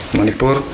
Manipur